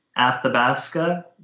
Athabasca